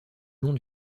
long